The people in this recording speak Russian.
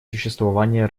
существование